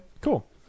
Cool